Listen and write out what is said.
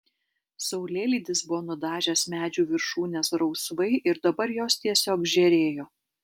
saulėlydis buvo nudažęs medžių viršūnes rausvai ir dabar jos tiesiog žėrėjo